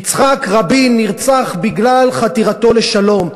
יצחק רבין נרצח בגלל חתירתו לשלום,